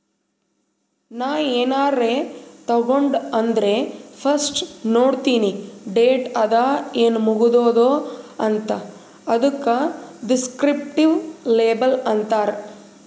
ನಾ ಏನಾರೇ ತಗೊಂಡ್ ಅಂದುರ್ ಫಸ್ಟ್ ನೋಡ್ತೀನಿ ಡೇಟ್ ಅದ ಏನ್ ಮುಗದೂದ ಅಂತ್, ಅದುಕ ದಿಸ್ಕ್ರಿಪ್ಟಿವ್ ಲೇಬಲ್ ಅಂತಾರ್